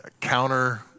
Counter